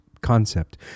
concept